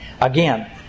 Again